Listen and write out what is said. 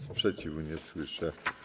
Sprzeciwu nie słyszę.